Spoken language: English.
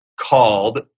called